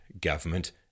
government